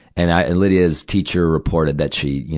and i, and lydia's teacher reported that she, you